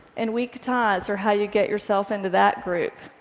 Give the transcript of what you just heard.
and weak ties are how you get yourself into that group.